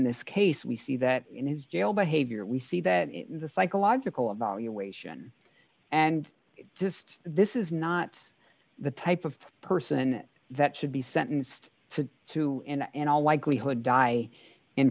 this case we see that in his jail behavior we see that in the psychological evaluation and just this is not the type of person that should be sentenced to two and in all likelihood die in